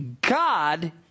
God